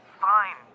Fine